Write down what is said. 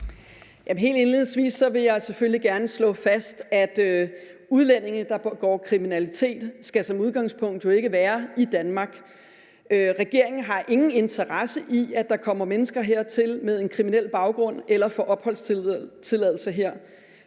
Helt indledningsvis vil jeg selvfølgelig gerne slå fast, at udlændinge, der begår kriminalitet, jo som udgangspunkt ikke skal være i Danmark. Regeringen har ingen interesse i, at mennesker med en kriminel baggrund kommer hertil eller får opholdstilladelse her.